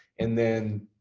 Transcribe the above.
and then,